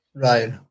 Right